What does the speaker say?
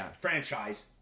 franchise